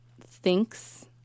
thinks